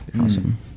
awesome